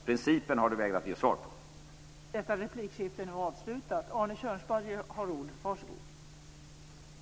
Principen har Per Rosengren vägrat att ge svar om.